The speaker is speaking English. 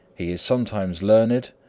he is sometimes learned,